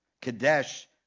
kadesh